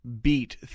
beat